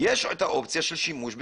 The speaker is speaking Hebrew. את האופציה של שימוש בסימולציות.